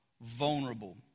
vulnerable